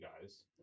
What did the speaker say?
guys